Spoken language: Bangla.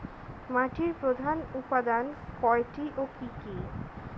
মাটির প্রধান উপাদান কয়টি ও কি কি?